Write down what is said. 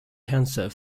cancer